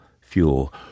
fuel